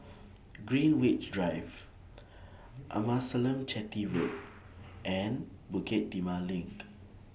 Greenwich Drive Amasalam Chetty Road and Bukit Timah LINK